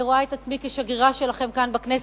אני רואה את עצמי כשגרירה שלכם כאן בכנסת,